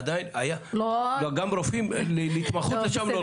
עדיין, היה, גם רופאים להתמחות לשם לא הולכים.